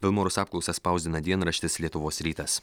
vilmorus apklausą spausdina dienraštis lietuvos rytas